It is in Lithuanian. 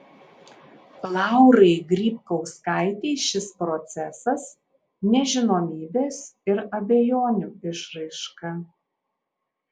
laurai grybkauskaitei šis procesas nežinomybės ir abejonių išraiška